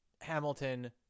Hamilton